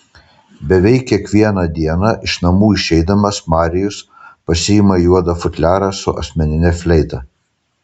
beveik kiekvieną dieną iš namų išeidamas marijus pasiima juodą futliarą su asmenine fleita